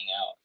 out